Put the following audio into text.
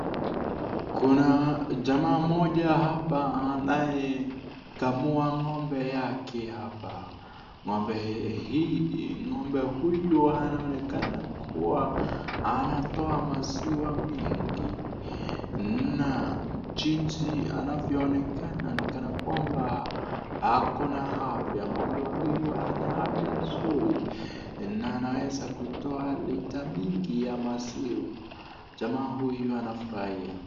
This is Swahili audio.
Kuna jamaa mmoja hapa anayekamua ng'ombe yake hapa. Ng'ombe hii ng'ombe huyu anaonekana kuwa anatoa maziwa mingi. Na jinsi anavyoonekana ni kana kwamba ako na afya. Ng'ombe huyu ana afya nzuri na anaweza kutoa lita mingi ya maziwa. Jamaa huyu anafurahia.